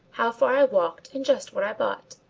how far i walked and just what i bought.